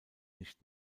nicht